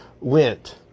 went